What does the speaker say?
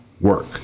work